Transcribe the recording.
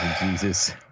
Jesus